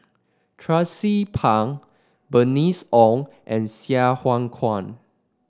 Tracie Pang Bernice Ong and Sai Hua Kuan